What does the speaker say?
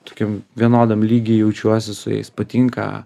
tokiam vienodam lygy jaučiuosi su jais patinka